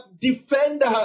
defender